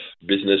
business